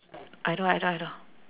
I know I know I know